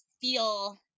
feel